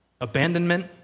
abandonment